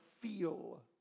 feel